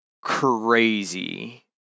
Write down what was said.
crazy